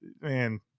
man